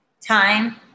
Time